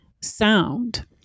sound